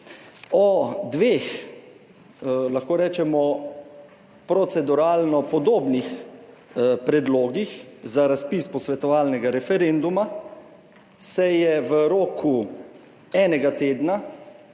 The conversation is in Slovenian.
o dveh, lahko rečemo, proceduralno podobnih predlogih za razpis posvetovalnega referenduma se je v roku enega tedna